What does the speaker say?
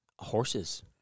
Horses